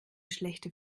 schlechte